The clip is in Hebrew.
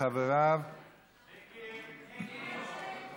וקבוצת חברי הכנסת.